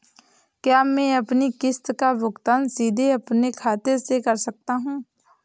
क्या मैं अपनी किश्त का भुगतान सीधे अपने खाते से कर सकता हूँ?